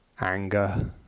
anger